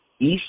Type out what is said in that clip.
East